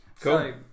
Cool